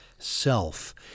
self